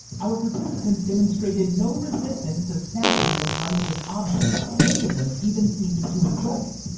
our participants demonstrated no resistance to smashing this lifeless object. many of them even seemed to enjoy it.